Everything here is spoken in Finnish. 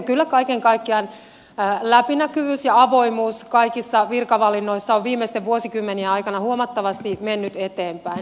kyllä kaiken kaikkiaan läpinäkyvyys ja avoimuus kaikissa virkavalinnoissa on viimeisten vuosikymmenien aikana huomattavasti mennyt eteenpäin